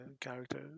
character